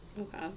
Okay